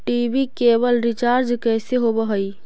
TV cable recharge कैसे होब हइ?